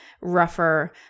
rougher